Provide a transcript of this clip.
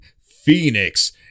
Phoenix